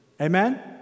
Amen